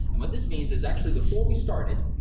and what this means is actually before we started,